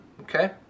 okay